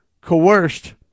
coerced